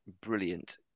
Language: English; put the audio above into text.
brilliant